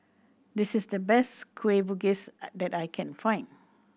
this is the best Kueh Bugis I that I can find